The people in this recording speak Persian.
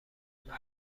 زودتر